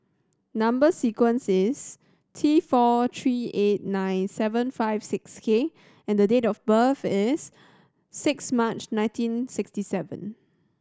number sequence is T four three eight nine seven five six K and date of birth is six March nineteen sixty seven